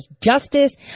Justice